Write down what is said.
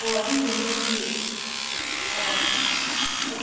ꯑꯣ ꯑꯗꯨꯏꯗꯣ ꯅꯣꯏꯒꯤ ꯑꯧ